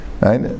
right